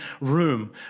room